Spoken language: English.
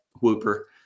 whooper